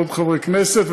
עוד חברי כנסת,